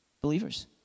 believers